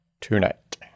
tonight